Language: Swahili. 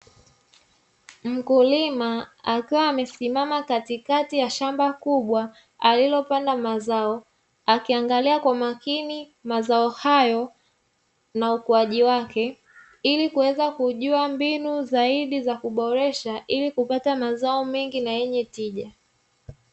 Mkulima akiwa amesimama katikati ya shamba kubwa alilopanda mazao akiangalia kwa makini mazao hayo na ukuaji wake, ili kuweza kujua mbinu zaidi za kuboresha ili kupata mazao mengi na yenye tija.